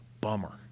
Bummer